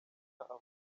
avuga